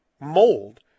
mold